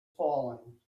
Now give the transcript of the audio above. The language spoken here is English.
falling